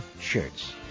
shirts